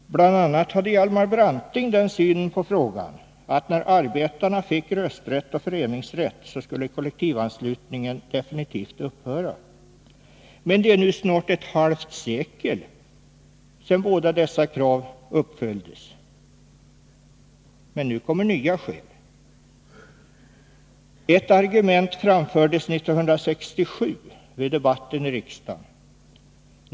Bl. a. hade Hjalmar Branting den synen på frågan, att när arbetarna fick rösträtt och föreningsrätt, skulle kollektivanslutningen definitivt upphöra. Men det är nu snart ett halvt sekel sedan båda dessa krav uppfylldes. Nu kommer nya skäl. Ett argument framfördes 1967 vid debatten i riksdagen.